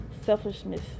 selfishness